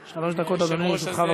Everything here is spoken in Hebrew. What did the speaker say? אורן, שלוש דקות, אדוני, לרשותך.